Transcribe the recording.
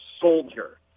soldier